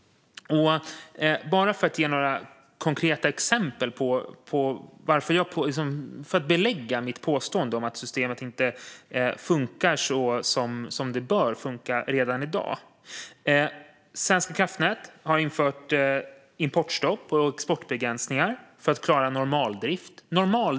Låt mig ge några konkreta exempel för att belägga mitt påstående om att systemet inte redan i dag funkar så som det bör. Svenska kraftnät har infört importstopp och exportbegränsningar för att klara normaldrift.